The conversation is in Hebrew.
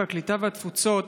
הקליטה והתפוצות,